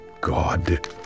God